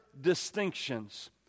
distinctions